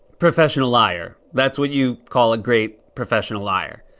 professional liar. that's what you call a great professional liar.